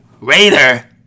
Raider